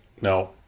No